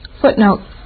Footnote